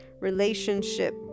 relationship